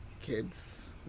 kids